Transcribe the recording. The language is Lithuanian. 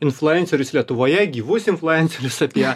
influencerius lietuvoje gyvus influencerius apie